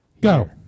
go